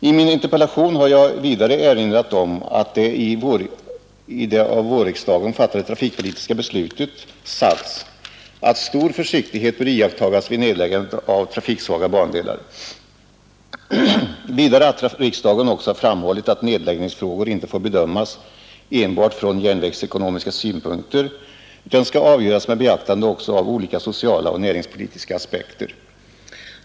I min interpellation har jag erinrat om att det i det av vårriksdagen fattade trafikpolitiska beslutet sagts att stor försiktighet bör iakttas vid nedläggandet av trafiksvaga bandelar. Vidare har riksdagen framhållit att nedläggningsfrågor inte får bedömas enbart från järnvägsekonomisk synpunkt utan skall avgöras med beaktande också av olika sociala och näringspolitiska aspekter.